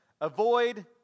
avoid